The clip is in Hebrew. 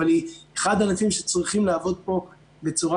אבל היא אחד הענפים שצריכים לעבוד פה בצורה